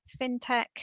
fintech